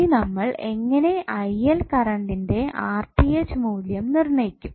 ഇനി നമ്മൾ എങ്ങനെ കറണ്ടിന്റെ മൂല്യം നിർണയിക്കും